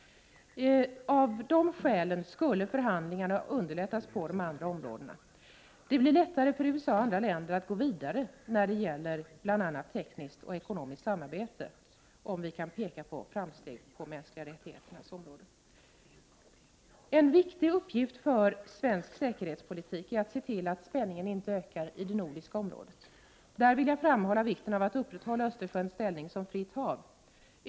Av dessa skäl skulle förhandlingarna underlättas på de andra områdena. Det blir lättare för USA och andra länder att gå vidare när det gäller bl.a. tekniskt och ekonomiskt samarbete, om vi kan peka på framsteg på de mänskliga rättigheternas område. En viktig uppgift för svensk säkerhetspolitik är att se till att spänningen inte ökar i det nordiska området. Här vill jag framhålla vikten av att man upprätthåller Östersjöns ställning som fritt hav.